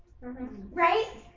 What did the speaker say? Right